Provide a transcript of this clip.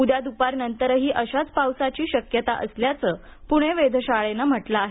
उद्या दुपार नंतरही अशाच पावसाची शक्यता असल्याचं पुणे वेधशाळेनं म्हटलं आहे